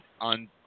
on